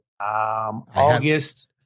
August